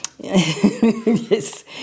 Yes